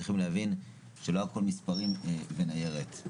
צריכים להבין שלא הכול מספרים וניירת.